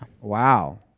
Wow